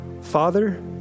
Father